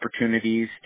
opportunities